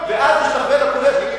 ואז ישתחווה לכובש?